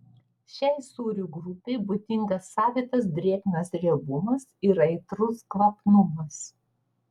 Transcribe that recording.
šiai sūrių grupei būdingas savitas drėgnas riebumas ir aitrus kvapnumas